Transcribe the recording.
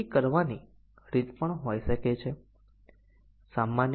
તેવી જ રીતે ત્રીજી